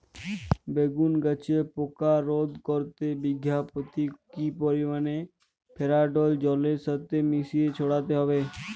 বেগুন গাছে পোকা রোধ করতে বিঘা পতি কি পরিমাণে ফেরিডোল জলের সাথে মিশিয়ে ছড়াতে হবে?